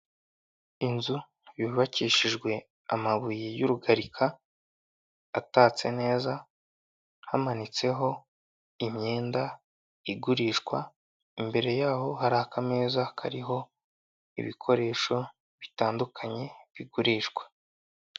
Inzu yubakishijwe amabuye y'urugarika atatse neza, hamanitseho imyenda igurishwa, imbere yaho hari akameza kariho ibikoresho bitandukanye bigurishwa.